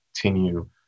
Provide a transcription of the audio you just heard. continue